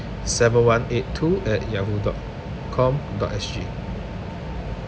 seven one eight two at yahoo dot com dot S_G